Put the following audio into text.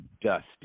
dusty